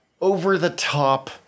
over-the-top